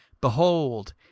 Behold